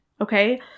Okay